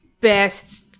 best